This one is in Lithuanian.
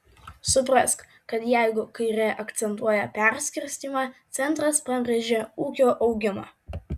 suprask kad jeigu kairė akcentuoja perskirstymą centras pabrėžia ūkio augimą